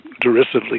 derisively